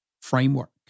framework